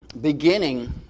beginning